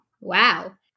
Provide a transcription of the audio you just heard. Wow